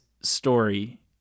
story